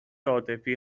عاطفی